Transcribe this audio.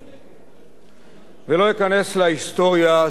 לא אכנס להיסטוריה שהביאה אותנו עד הלום,